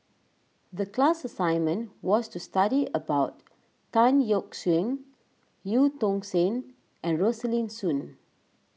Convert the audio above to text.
the class assignment was to study about Tan Yeok Seong Eu Tong Sen and Rosaline Soon